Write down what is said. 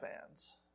fans